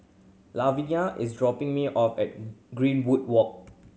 Lavenia is dropping me off at Greenwood Walk